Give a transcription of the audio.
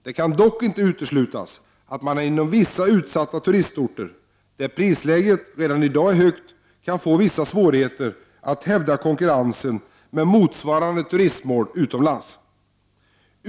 Det kan dock inte uteslutas att man inom vissa utsatta turistorter där prisläget redan i dag är högt kan få vissa svårigheter att hävda konkurrensen med motsvarande turistmål utomlands.